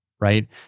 right